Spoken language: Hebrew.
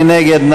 מי נגד?